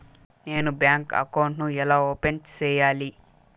నేను bank account ను ఎలా ఓపెన్ సేయాలి?